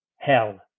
hell